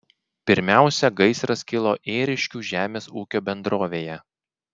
pirmiausia gaisras kilo ėriškių žemės ūkio bendrovėje